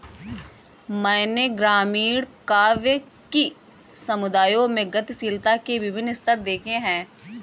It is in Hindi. मैंने ग्रामीण काव्य कि समुदायों में गतिशीलता के विभिन्न स्तर देखे हैं